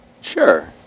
Sure